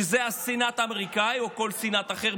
שזה הסנאט האמריקאי או כל סנאט אחר,